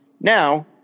now